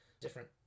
different